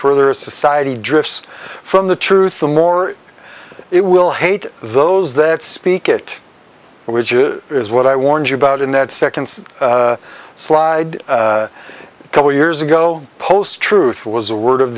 further a society drifts from the truth the more it will hate those that speak it which is is what i warned you about in that second slide a couple of years ago post truth was a word of